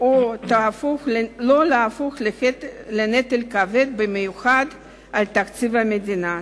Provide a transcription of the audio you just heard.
לא יהפוך לנטל כבד במיוחד על תקציב המדינה.